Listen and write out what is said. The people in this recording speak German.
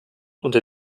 unter